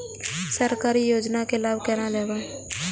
सरकारी योजना के लाभ केना लेब?